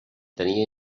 tenia